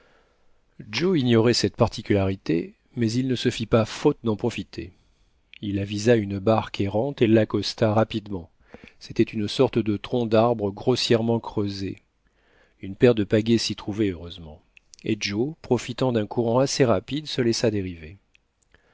joe ignorait cette particularité mais il ne se fit pas faute d'en profiter il avisa une barque errante et l'accosta rapidement c'était une sorte de tronc d'arbre grossièrement creusé une paire de pagaies s'y trouvait heureusement et joe profitant d'un courant assez rapide se laissa dériver